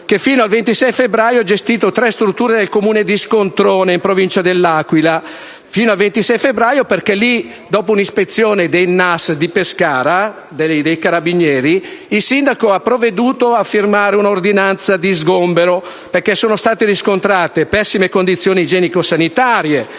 che, fino al 26 febbraio, ha gestito tre strutture nel Comune di Scontrone in Provincia dell'Aquila. In quel caso, dopo un'ispezione dei NAS di Pescara, il sindaco ha provveduto a firmare un'ordinanza di sgombero perché sono state riscontrate pessime condizioni igienico-sanitarie,